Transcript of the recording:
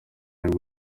bwo